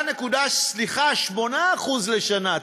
5.8% לשנה,